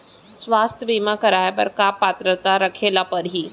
स्वास्थ्य बीमा करवाय बर का पात्रता रखे ल परही?